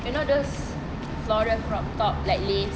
you know those floral crop top like lace